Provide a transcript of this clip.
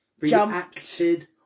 Reacted